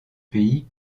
pays